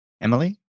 Emily